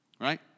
Right